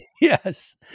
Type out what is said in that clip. Yes